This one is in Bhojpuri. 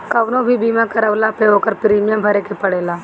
कवनो भी बीमा करवला पअ ओकर प्रीमियम भरे के पड़ेला